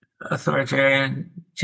authoritarian